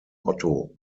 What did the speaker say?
otto